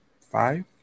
five